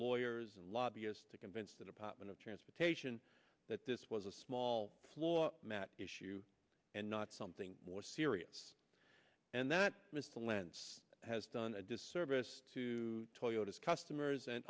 lawyers and lobbyists to convince the department of transportation that this was a small floor mat issue and not something more serious and that mr lance has done a disservice to toyota's customers and